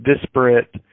disparate